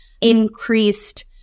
increased